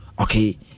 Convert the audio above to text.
Okay